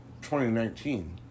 2019